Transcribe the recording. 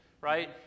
right